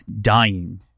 dying